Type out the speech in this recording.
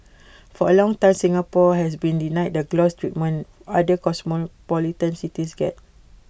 for A long time Singapore has been denied the gloss treatment other cosmopolitan cities get